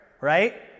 right